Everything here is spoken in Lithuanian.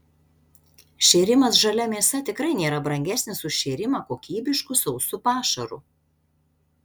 šėrimas žalia mėsa tikrai nėra brangesnis už šėrimą kokybišku sausu pašaru